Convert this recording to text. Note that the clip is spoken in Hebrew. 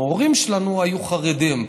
המורים שלנו היו חרדים.